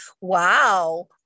wow